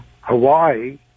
Hawaii